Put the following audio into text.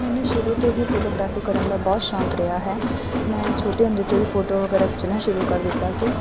ਮੈਨੂੰ ਸ਼ੁਰੂ ਤੋਂ ਹੀ ਫੋਟੋਗ੍ਰਾਫੀ ਕਰਨ ਦਾ ਬਹੁਤ ਸ਼ੌਕ ਰਿਹਾ ਹੈ ਮੈਂ ਛੋਟੇ ਹੁੰਦੇ ਤੋਂ ਹੀ ਫੋਟੋ ਵਗੈਰਾ ਖਿੱਚਣਾ ਸ਼ੁਰੂ ਕਰ ਦਿੱਤਾ ਸੀ